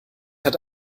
hat